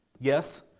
Yes